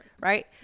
right